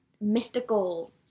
mystical